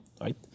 right